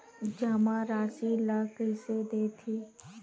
जमा राशि ला कइसे देखथे?